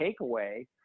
takeaway